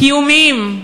קיומיים,